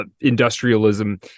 industrialism